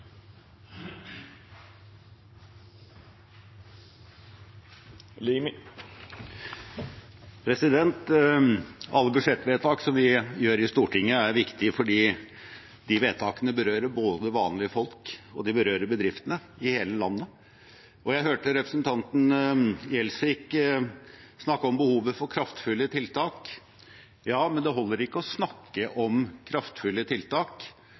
Alle budsjettvedtak som vi gjør i Stortinget, er viktige, fordi de vedtakene berører både vanlige folk og bedriftene i hele landet. Jeg hørte representanten Gjelsvik snakke om behovet for kraftfulle tiltak. Ja, men det holder ikke å snakke om kraftfulle tiltak.